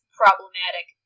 problematic